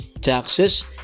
taxes